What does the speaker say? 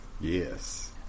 yes